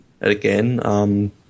again